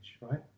right